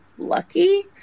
Lucky